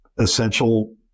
essential